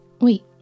Wait